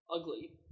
ugly